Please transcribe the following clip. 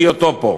"בהיותו פה.